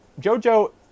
JoJo